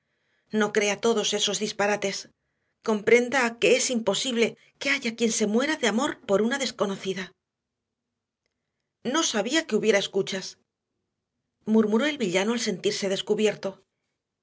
no crea todos esos disparates comprenda que es imposible que haya quien se muera de amor por una desconocida no sabía que hubiera escuchas murmuró el villano al sentirse descubierto